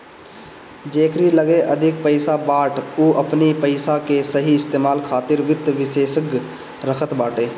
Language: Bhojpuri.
जेकरी लगे अधिक पईसा बाटे उ अपनी पईसा के सही इस्तेमाल खातिर वित्त विशेषज्ञ रखत बाटे